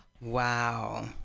wow